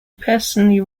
personally